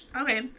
Okay